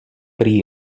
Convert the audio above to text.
prý